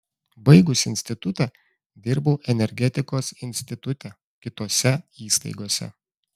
baigusi institutą dirbau energetikos institute kitose įstaigose